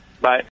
Bye